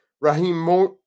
Raheem